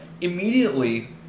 Immediately